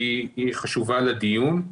כי היא חשובה לדיון.